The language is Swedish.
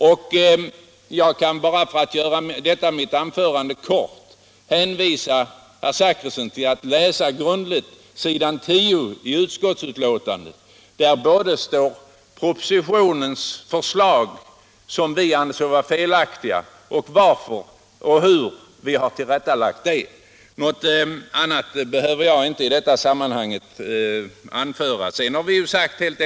Och för att göra detta mitt anförande kort kan jag råda herr Zachrisson att grundligt läsa s. 10 i utskottets betänkande. Där står propositionens förslag återgivna — som vi anser vara felaktiga — och varför och hur vi har lagt dem till rätta. Jag behöver inte säga någonting därutöver i detta sammanhang.